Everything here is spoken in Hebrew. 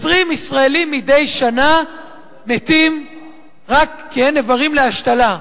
20 ישראלים מדי שנה מתים רק כי אין איברים להשתלה.